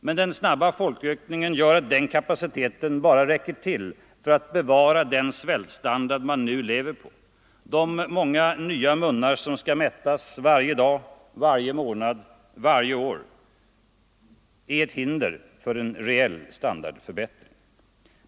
Men den snabba folkökningen gör att den kapaciteten bara räcker till för att bevara den svältstandard man nu lever på; de många nya munnar som skall mättas varje dag, varje månad, varje år är ett hinder för en reell standardförbättring.